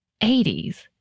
80s